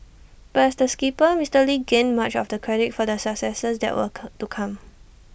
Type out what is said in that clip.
but as the skipper Mister lee gained much of the credit for the successes that were cur to come